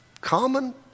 common